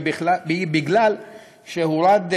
היא שהורד,